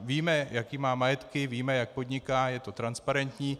Víme, jaké má majetky, víme, jak podniká, je to transparentní.